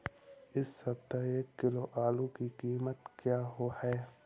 इस सप्ताह एक किलो आलू की कीमत क्या है?